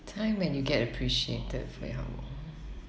time when you get appreciated for your hard work